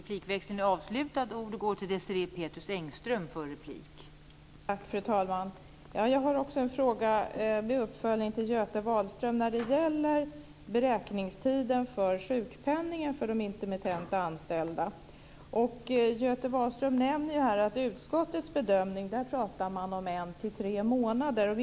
Fru talman! Jag har också en uppföljande fråga till Göte Wahlström om beräkningstiden för sjukpenningen för de intermittent anställda. Göte Wahlström nämner här att utskottet talar om en till tre månader.